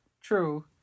True